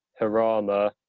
Harama